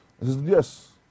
Yes